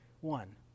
One